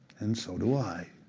and so do i.